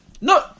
No